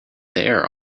there